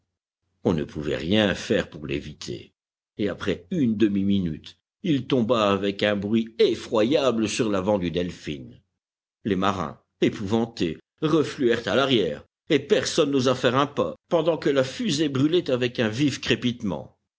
on ne pouvait rien faire pour l'éviter et après une demi-minute il tomba avec un bruit effroyable sur l'avant du delphin les marins épouvantés refluèrent à l'arrière et personne n'osa faire un pas pendant que la fusée brûlait avec un vif crépitement